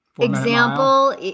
example